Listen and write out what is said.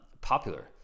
popular